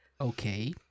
Okay